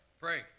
Pray